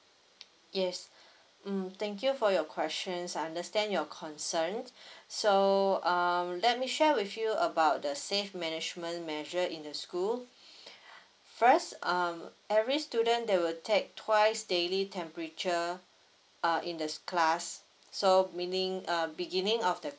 yes mm thank you for your questions I understand your concern so um let me share with you about the safe management measure in the school first um every student they will take twice daily temperature err in the class so meaning err beginning of the